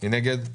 מי נגד?